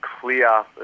clear